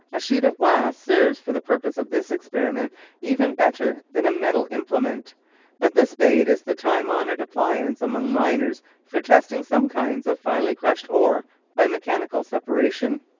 a sheet of glass serves for the purpose of this experiment even better than a metal implement but the spade is the time-honoured appliance among miners for testing some kinds of finely crushed ore by mechanical separation.